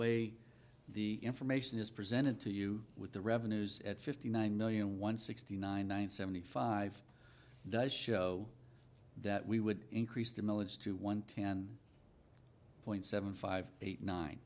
way the information is presented to you with the revenues at fifty nine million one sixty nine seventy five does show that we would increase the milage to one ten point seven five eight nine